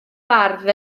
bardd